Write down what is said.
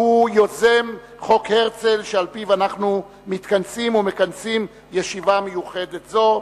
והוא יוזם חוק הרצל שעל-פיו אנחנו מתכנסים ומכנסים ישיבה מיוחדת זו,